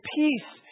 peace